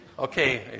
Okay